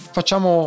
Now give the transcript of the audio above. Facciamo